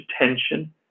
attention